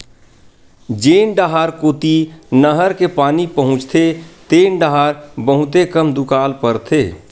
जेन डाहर कोती नहर के पानी पहुचथे तेन डाहर बहुते कम दुकाल परथे